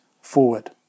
forward